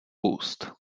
úst